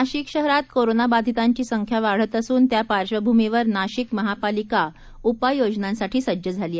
नाशिक शहरात कोरोना बधितांची संख्या वाढत असून त्या पार्श्वभूमीवर नाशिक महापालिका उपाय योजनांसाठी सज्ज झाली आहे